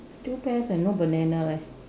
two pears and no banana leh